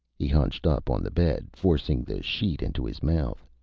he hunched up on the bed, forcing the sheet into his mouth.